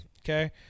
Okay